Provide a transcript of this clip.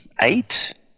eight